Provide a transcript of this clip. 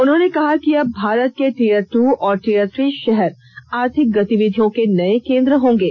उन्होंने कहा कि अब भारत के टीयर टू और टीयर थ्री शहर आर्थिक गतिविधियों के नये केन्द्र होंगे